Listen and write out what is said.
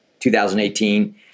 2018